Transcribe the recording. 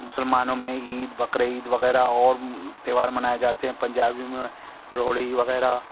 مسلمانوں میں عید بقرعید وغیرہ اور تہوار منائے جاتے ہیں اور پنجابیوں میں لوہڑی وغیرہ